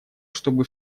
чтобы